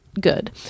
good